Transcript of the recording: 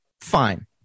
fine